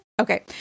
Okay